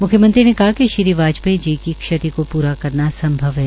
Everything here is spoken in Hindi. मुख्यमंत्री ने कहा कि श्रीवाजपेयी जी की क्षति को पूरा करना अंसभव है